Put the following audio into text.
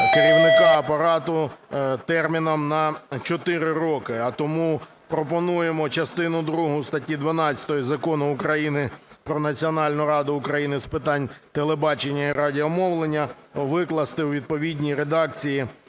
керівника апарату терміном на 4 роки. А тому пропонуємо частину другу статті 12 Закону України "Про Національну раду України з питань телебачення і радіомовлення" викласти у відповідній редакції